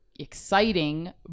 exciting